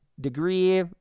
degree –